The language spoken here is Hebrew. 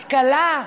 השכלה?